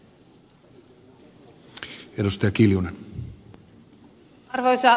arvoisa herra puhemies